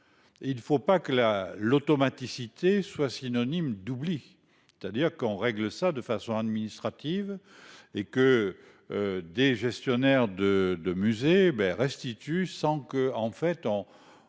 il ne faut pas que la l'automaticité soit synonyme d'oubli. C'est-à-dire qu'on règle ça de façon administrative. Et que. Des gestionnaires de de musée ben restitue sans que en fait on,